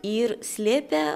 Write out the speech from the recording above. ir slėpė